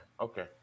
Okay